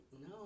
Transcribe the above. no